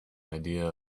idea